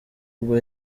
ubwo